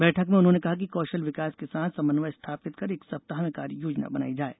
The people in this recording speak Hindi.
बैठक में उन्होने कहा कि कौशल विकास के साथ समन्वय स्थापित कर एक सप्ताह में कार्य योजना बनाई जाये